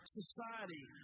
society